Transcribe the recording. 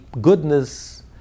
goodness